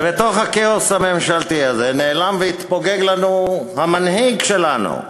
ולתוך הכאוס הממשלתי הזה נעלם והתפוגג לנו המנהיג שלנו,